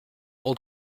gold